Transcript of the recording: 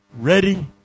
ready